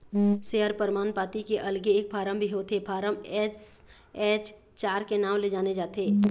share परमान पाती के अलगे एक फारम भी होथे फारम एस.एच चार के नांव ले जाने जाथे